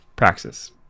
Praxis